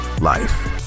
life